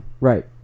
Right